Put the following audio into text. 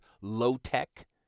low-tech